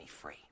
free